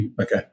Okay